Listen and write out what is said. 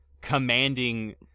commanding